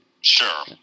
Sure